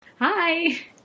Hi